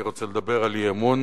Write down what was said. אני רוצה לדבר על אי-אמון